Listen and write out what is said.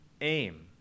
aim